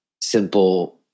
simple